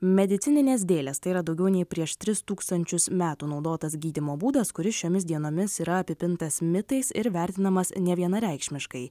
medicininės dėlės tai yra daugiau nei prieš tris tūkstančius metų naudotas gydymo būdas kuris šiomis dienomis yra apipintas mitais ir vertinamas nevienareikšmiškai